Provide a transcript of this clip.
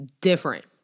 Different